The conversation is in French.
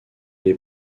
les